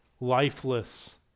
lifeless